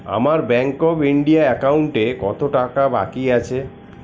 আমার bank of India অ্যাকাউন্টে কতো টাকা বাকি আছে